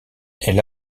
elle